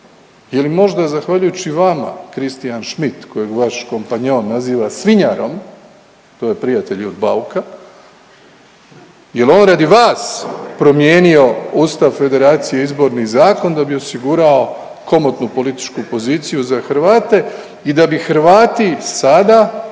Je li možda zahvaljujući vama Christian Smith kojeg vaš kompanjon naziva svinjarom, to je prijatelj od Bauka, jel' on radi vas promijenio Ustav Federacije, Izborni zakon da bi osigurao komotnu političku poziciju za Hrvate i da bi Hrvati sada imali